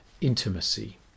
intimacy